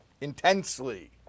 intensely